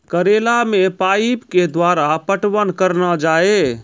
करेला मे पाइप के द्वारा पटवन करना जाए?